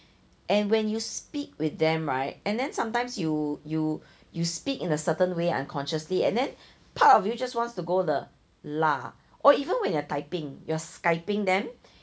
and when you speak with them right and then sometimes you you you speak in a certain way unconsciously and then part of you just wants to go the lah or even when you're typing you're skyping them